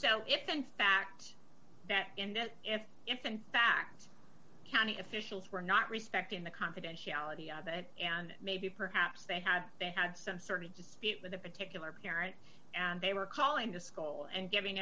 so if in fact that and that if in fact county officials were not respecting the confidentiality of that and maybe perhaps they had they had some sort of dispute with a particular parent and they were calling the skull and giving